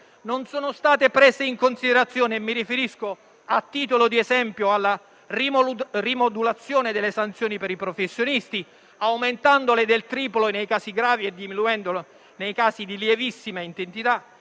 non sono stati presi in considerazione, e mi riferisco - a titolo di esempio - alla rimodulazione delle sanzioni per i professionisti, aumentandole del triplo nei casi gravi e diminuendole nei casi di lievissima entità.